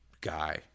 guy